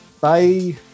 Bye